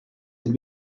had